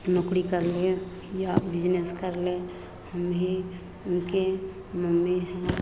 नौकरी कर ले या बिजनेस कर ले हम ही उनके मम्मी है